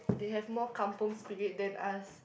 they have more Kampung Spirit than us